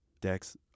Dex